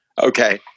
Okay